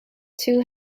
two